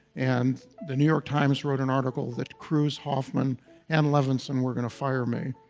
and the new york times wrote an article that cruz hoffman and levinson were going to fire me,